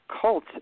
cult